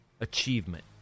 achievement